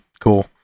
cool